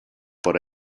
por